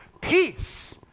peace